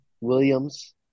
Williams –